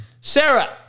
Sarah